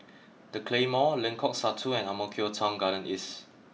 the Claymore Lengkok Satu and Ang Mo Kio Town Garden East